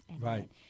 Right